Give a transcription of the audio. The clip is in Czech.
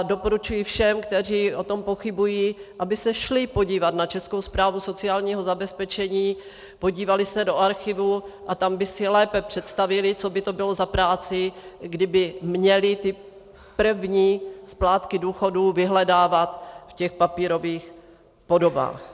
Doporučuji všem, kteří o tom pochybují, aby se šli podívat na Českou správu sociálního zabezpečení, podívali se do archivu, a tam by si lépe představili, co by to bylo za práci, kdyby měli ty první splátky důchodu vyhledávat v těch papírových podobách.